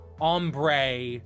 ombre